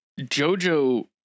JoJo